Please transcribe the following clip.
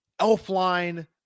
Elfline